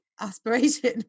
aspiration